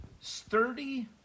sturdy